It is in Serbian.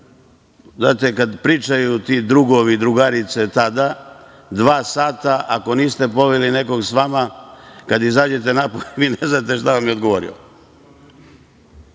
Znate, kada pričaju ti drugovi i drugarice tada dva sata, ako niste poveli nekog sa vama, kada izađete napolje, vi ne znate šta vam je odgovorio. Ko